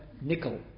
nickel